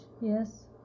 yes